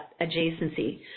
adjacency